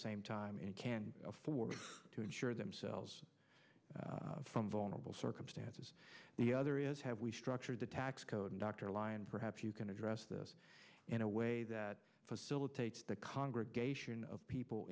same time it can afford to insure themselves from vulnerable circumstances the other is how we structure the tax code and dr lyon perhaps you can address this in a way that facilitates the congregation of people